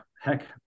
heck